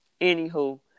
Anywho